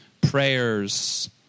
Prayers